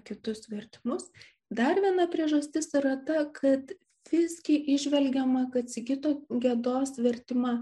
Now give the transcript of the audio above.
kitus vertimus dar viena priežastis yra ta kad visgi įžvelgiama kad sigito gedos vertimą